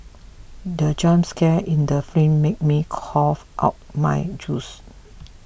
the jump scare in the made me cough out my juice